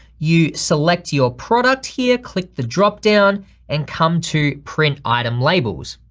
you select your product here, click the drop down and come to print item labels.